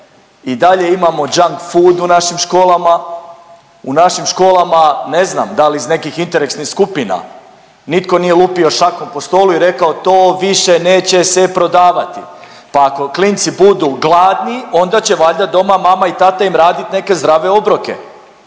i dalje imamo Junkfood u našim školama, u našim školama ne znam dal iz nekih interesnih skupina nitko nije lupio šakom po stolu i rekao to više neće se prodavati, pa ako klinci budu gladni onda će valjda doma mama i tata im radit neke zdrave obroke,